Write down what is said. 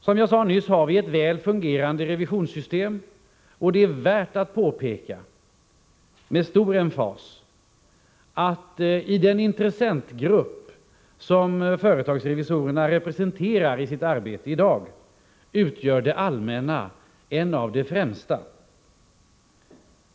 Som jag nyss sade har vi ett väl fungerande revisionssystem, och det är värt att med stark emfas påpeka att bland de intressentgrupper som företagsrevisorerna i sitt arbete i dag representerar utgör det allmänna en av de främsta.